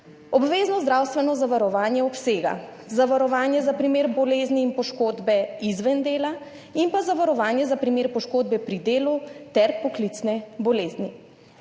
Obvezno zdravstveno zavarovanje obsega zavarovanje za primer bolezni in poškodbe izven dela in pa zavarovanje za primer poškodbe pri delu ter poklicne bolezni.